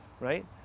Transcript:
Right